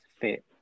fit